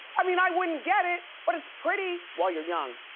i mean i wouldn't get it but it's pretty, while you're young,